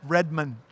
Redmond